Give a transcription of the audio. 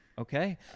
Okay